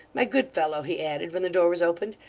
my good fellow he added, when the door was opened,